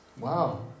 Wow